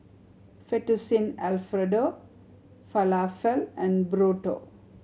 Fettuccine Alfredo Falafel and Burrito